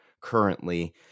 currently